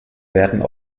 werden